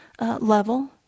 level